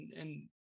and-